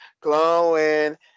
glowing